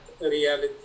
reality